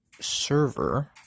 server